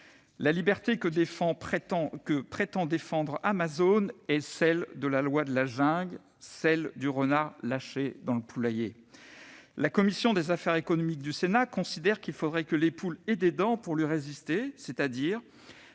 La liberté que prétend défendre Amazon est celle de la loi de la jungle, celle du renard lâché dans le poulailler. La commission des affaires économiques du Sénat considère qu'il faudrait que les poules aient des dents pour lui résister, c'est-à-dire